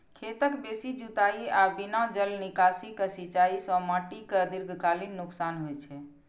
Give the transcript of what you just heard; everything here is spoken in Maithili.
खेतक बेसी जुताइ आ बिना जल निकासी के सिंचाइ सं माटि कें दीर्घकालीन नुकसान होइ छै